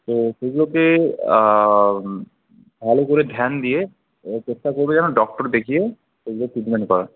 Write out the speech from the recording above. তো সেগুলোকে ভালো করে ধ্যান দিয়ে চেষ্টা করবে জানো ডক্টর দেখিয়ে সেইগুলো ট্রিটমেণ্ট করার